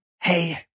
hey